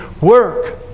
work